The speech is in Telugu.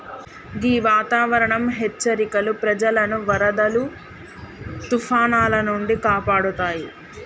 గీ వాతావరనం హెచ్చరికలు ప్రజలను వరదలు తుఫానాల నుండి కాపాడుతాయి